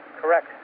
Correct